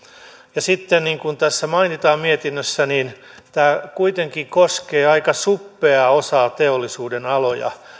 ja sitten niin kuin tässä mietinnössä mainitaan tämä kuitenkin koskee aika suppeaa osaa teollisuudenaloja